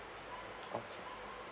okay